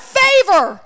favor